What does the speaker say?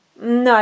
No